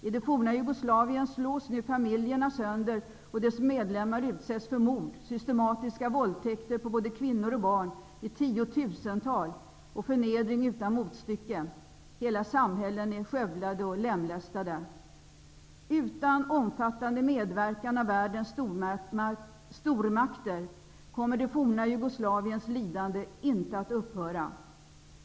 I det forna Jugoslavien slås nu familjerna sönder och dess medlemmar utsätts för mord, för systematiska våldtäkter på både kvinnor och barn i tiotusental och för förnedring utan motstycke. Hela samhällen är skövlade och människor är lemlästade. Utan omfattande medverkan av världens stormakter kommer det forna Jugoslaviens lidande inte att upphöra.